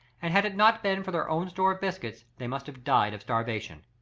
and had it not been for their own store of biscuits, they must have died of starvation.